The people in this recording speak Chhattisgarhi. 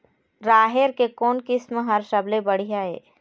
राहेर के कोन किस्म हर सबले बढ़िया ये?